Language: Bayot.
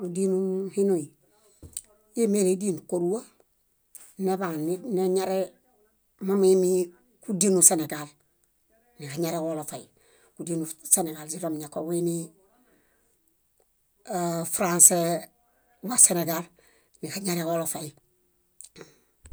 Kúdinum hinuy íimeledin kóruwa, neḃaan ne- neñare momiimi kúdinu senegal, niġañareġoolofay. Kúdinu seneġaa źiɭomiñakoġuini frãse waseneġaa niġañareġoolofay.